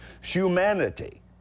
humanity